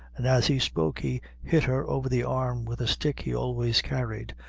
and as he spoke, he hit her over the arm with a stick he always carried.